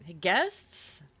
guests